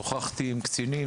שוחחתי עם קצינים,